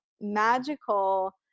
magical